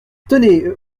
tenez